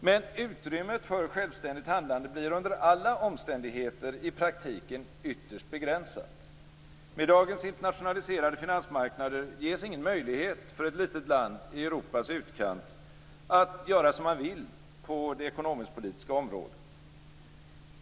Men utrymmet för självständigt handlande blir under alla omständigheter i praktiken ytterst begränsat. Med dagens internationaliserade finansmarknader ges ingen möjlighet för ett litet land i Europas utkant att göra som man vill på det ekonomisk-politiska området.